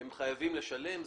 הם חייבים לשלם,